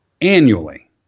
annually